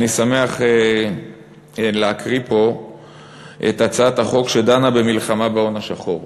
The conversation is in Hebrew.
אני שמח להקריא פה את הצעת החוק שדנה במלחמה בהון השחור.